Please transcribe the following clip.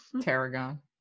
tarragon